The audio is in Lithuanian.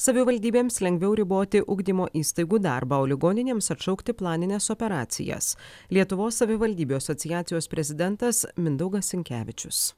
savivaldybėms lengviau riboti ugdymo įstaigų darbą o ligoninėms atšaukti planines operacijas lietuvos savivaldybių asociacijos prezidentas mindaugas sinkevičius